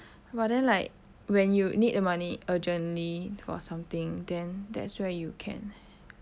but then like when you need the money urgently for something then that's where you can